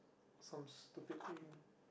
some stupid thing